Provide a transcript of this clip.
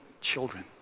children